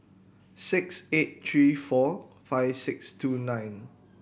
six eight three four five six two nine